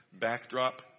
backdrop